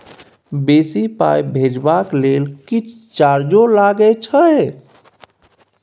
बेसी पाई भेजबाक लेल किछ चार्जो लागे छै?